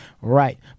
Right